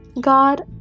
God